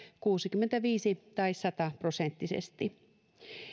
kuusikymmentäviisi tai sata prosenttisesti